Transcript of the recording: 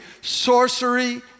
sorcery